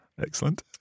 Excellent